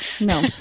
No